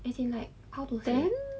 as in like how to say